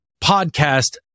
podcast